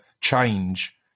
change